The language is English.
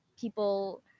people